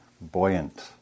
buoyant